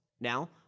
Now